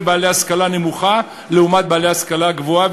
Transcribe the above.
בעלי השכלה נמוכה לעומת בעלי השכלה גבוהה,